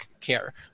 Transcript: care